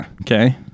okay